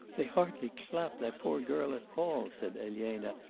they hardly clap that poor girl at all said elena,